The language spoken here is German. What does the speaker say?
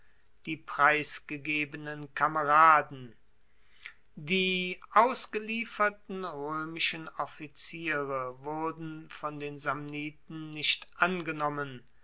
die preisgegebenen kameraden die ausgelieferten roemischen offiziere wurden von den samniten nicht angenommen